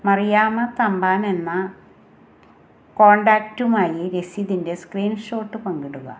മറിയാമ്മ തമ്പാൻ എന്ന കോൺടാക്റ്റുമായി രസീതിൻ്റെ സ്ക്രീൻഷോട്ട് പങ്കിടുക